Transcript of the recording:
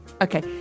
Okay